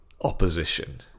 opposition